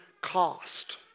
cost